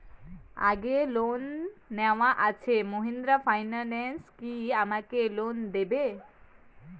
আগের লোন নেওয়া আছে মাহিন্দ্রা ফাইন্যান্স কি আমাকে লোন দেবে?